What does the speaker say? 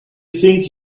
think